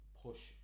push